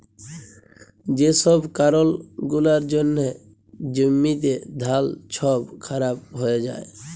যে ছব কারল গুলার জ্যনহে জ্যমিতে ধাল ছব খারাপ হঁয়ে যায়